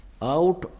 Out